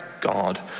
God